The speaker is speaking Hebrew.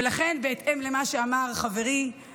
ולכן בהתאם למה שאמר חברי,